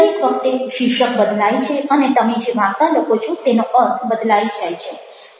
દરેક વખતે શીર્ષક બદલાય છે અને તમે જે વાર્તા લખો છો તેનો અર્થ બદલાઈ જાય છે